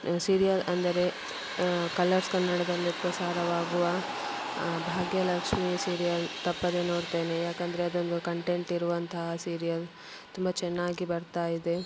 serial ಅಂದರೆ Colors ಕನ್ನಡದಲ್ಲಿ ಪ್ರಸಾರವಾಗುವ ಭಾಗ್ಯಲಕ್ಷ್ಮೀ ಸೀರಿಯಲ್ ತಪ್ಪದೆ ನೋಡ್ತೇನೆ ಯಾಕಂದರೆ ಅದೊಂದು ಕಂಟೆಂಟ್ ಇರುವಂತಹ ಸೀರಿಯಲ್ ತುಂಬ ಚೆನ್ನಾಗಿ ಬರ್ತಾ ಇದೆ